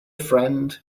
friend